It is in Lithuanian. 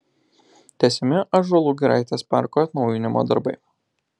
tęsiami ąžuolų giraitės parko atnaujinimo darbai